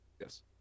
yes